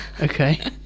Okay